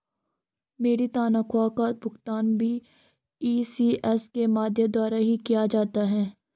मेरी तनख्वाह का भुगतान भी इ.सी.एस के माध्यम द्वारा ही किया जाता है